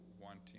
wanting